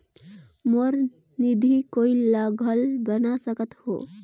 मोर निधि कोई ला घल बना सकत हो?